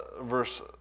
verse